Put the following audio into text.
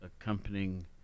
accompanying